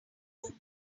room